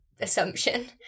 assumption